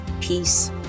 peace